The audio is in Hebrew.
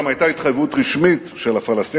זו גם היתה התחייבות רשמית של הפלסטינים,